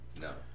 No